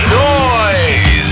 noise